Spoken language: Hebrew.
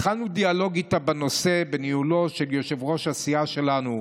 התחלנו דיאלוג איתה בנושא בניהולו של יושב-ראש הסיעה שלנו,